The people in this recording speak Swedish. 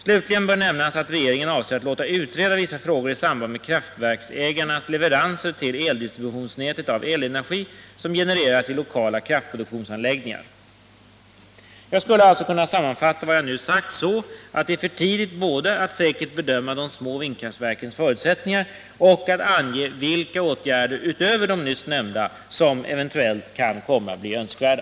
Slutligen bör nämnas att regeringen avser att låta utreda vissa frågor i samband med kraftverksägarnas leveranser till eldistributionsnätet av elenergi som genereras i lokala kraftproduktionsanläggningar. Jag skulle alltså kunna sammanfatta vad jag nu har sagt så att det är för tidigt både att säkert bedöma de små vindkraftverkens förutsättningar och att ange vilka åtgärder utöver de nyss nämnda som eventuellt kan komma att bli önskvärda.